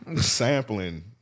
Sampling